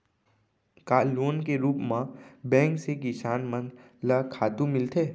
का लोन के रूप मा बैंक से किसान मन ला खातू मिलथे?